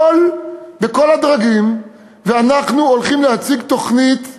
בכל הדרגים, ואנחנו הולכים להציג תוכנית מהפכנית,